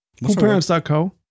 Coolparents.co